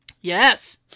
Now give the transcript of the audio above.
Yes